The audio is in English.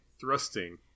Thrusting